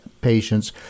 patients